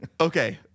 okay